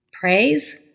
Praise